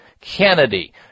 Kennedy